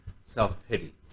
self-pity